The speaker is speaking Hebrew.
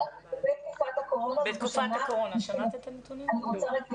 אני רוצה רק לדייק.